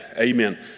amen